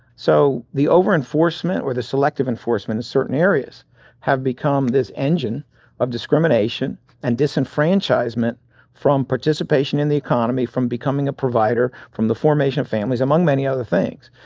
so the over-enforcement or the selective enforcement of certain areas have become this engine of discrimination and disenfranchisement from participation in the economy, from becoming a provider, from the formation of families, among many other things.